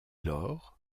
lors